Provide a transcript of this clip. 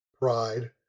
pride